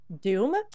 Doom